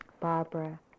Barbara